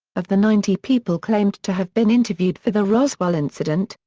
of the ninety people claimed to have been interviewed for the roswell incident,